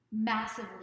Massively